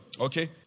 Okay